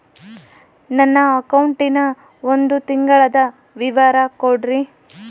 ನನ್ನ ಅಕೌಂಟಿನ ಒಂದು ತಿಂಗಳದ ವಿವರ ಕೊಡ್ರಿ?